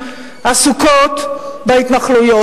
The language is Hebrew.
עסוקות בהתנחלויות.